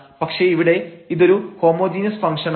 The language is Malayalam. പക്ഷേ ഇവിടെ ഇതൊരു ഹോമോജീനസ് ഫംഗ്ഷൻ ആണ്